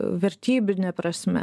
vertybine prasme